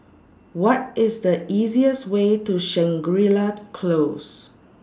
What IS The easiest Way to Shangri La Close